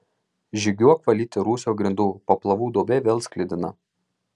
žygiuok valyti rūsio grindų paplavų duobė vėl sklidina